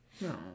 No